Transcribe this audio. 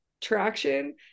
traction